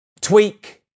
tweak